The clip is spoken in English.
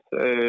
say